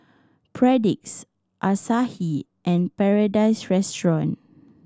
Perdix Asahi and Paradise Restaurant